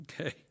Okay